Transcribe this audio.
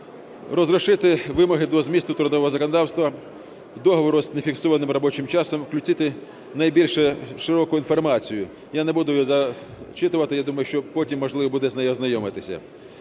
розрішити вимоги до змісту трудового законодавства, договору з нефіксованим робочим часом, включити найбільш широку інформацію. Я не буду її зачитувати, я думаю, що потім можливо буде з нею ознайомитися.